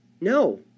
no